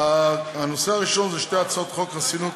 הנושא הראשון זה חוק חסינות